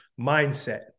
mindset